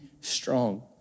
strong